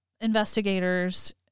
investigators